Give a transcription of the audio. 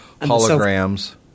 holograms